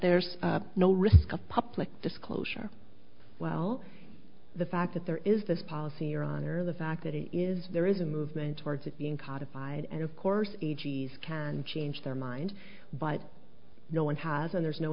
there's no risk of public disclosure well the fact that there is this policy your honor the fact that it is there is a movement towards it being codified and of course a g s can change their mind but no one has and there's no